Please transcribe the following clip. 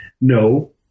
No